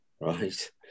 right